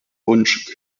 wunsch